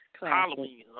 Halloween